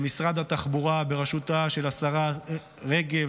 למשרד התחבורה בראשותה של השרה רגב,